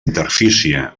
interfície